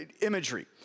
imagery